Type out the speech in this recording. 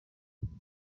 مال